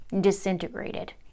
disintegrated